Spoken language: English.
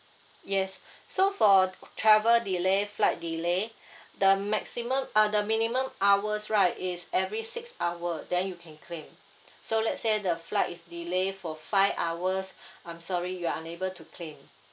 yes so for travel delay flight delay the maximum uh the minimum hours right is every six hour then you can claim so let's say the flight is delayed for five hours I'm sorry you're unable to claim